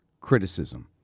criticism